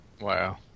Wow